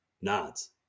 nods